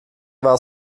war